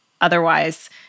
otherwise –